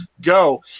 go